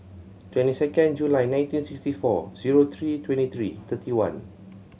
twenty second July nineteen sixty four zero three twenty three thirty one